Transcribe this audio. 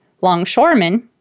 longshoremen